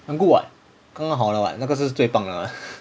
then good [what] 刚刚好了 [what] 那个是最棒了 leh